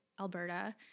Alberta